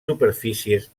superfícies